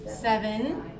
seven